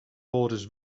wolris